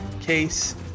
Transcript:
case